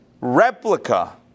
replica